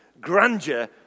grandeur